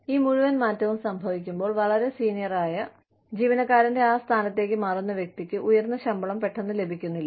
ഈ മുഴുവൻ മാറ്റവും സംഭവിക്കുമ്പോൾ വളരെ സീനിയർ ആയ ജീവനക്കാരന്റെ ആ സ്ഥാനത്തേക്ക് മാറുന്ന വ്യക്തിക്ക് ഉയർന്ന ശമ്പളം പെട്ടെന്ന് ലഭിക്കുന്നില്ല